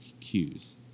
cues